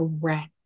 correct